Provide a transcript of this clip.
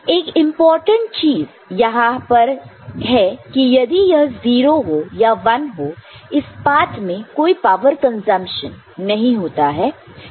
एक इंपॉर्टेंट चीज यहां पर कि यदि यह 0 हो या 1 हो इस पात में कोई पावर कंजप्शन नहीं होता है